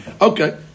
Okay